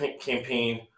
campaign